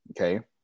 Okay